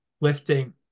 lifting